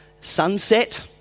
sunset